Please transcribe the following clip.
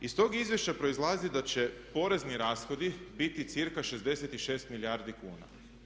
Iz tog izvješća proizlazi da će porezni rashodi biti cirka 66 milijardi kuna.